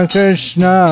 Krishna